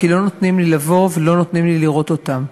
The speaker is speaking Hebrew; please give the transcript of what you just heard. כי לא נותנים לי לבוא ולא נותנים לי לראות אותם.